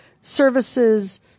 services